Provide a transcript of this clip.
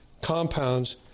Compounds